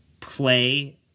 play